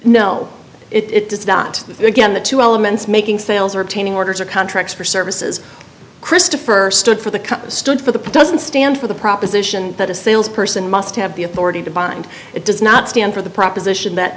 no it does not again the two elements making sales or obtaining orders or contracts for services christopher stood for the cut stood for the present stand for the proposition that a sales person must have the authority to buy and it does not stand for the proposition that